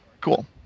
Cool